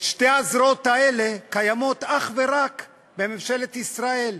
שתי הזרועות האלה קיימות אך ורק בממשלת ישראל,